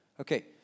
Okay